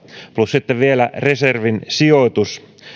plus sitten vielä reserviin sijoitus